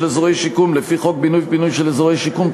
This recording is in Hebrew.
אזורי שיקום לפי חוק בינוי ופינוי של אזורי שיקום,